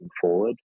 forward